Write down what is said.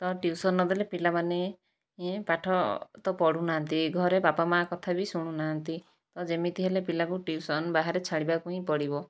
ତ ଟ୍ୟୁସନ୍ ନଦେଲେ ପିଲାମାନେ ଇଏ ପାଠ ତ ପଢ଼ୁନାହାନ୍ତି ଘରେ ବାପା ମା କଥା ବି ଶୁଣୁନାହାନ୍ତି ଓ ଯେମିତି ହେଲେ ପିଲାକୁ ଟ୍ୟୁସନ୍ ବାହାରେ ଛାଡ଼ିବାକୁ ହିଁ ପଡ଼ିବ